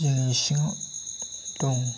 जोंनि इसिङाव दं